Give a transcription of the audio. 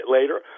later